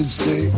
say